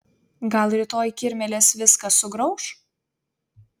gal rytoj kirmėlės viską sugrauš